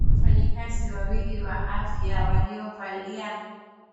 Wafanyikazi wawili wa afya, waliovalia